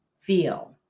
feel